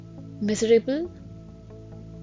Miserable